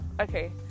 Okay